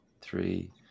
three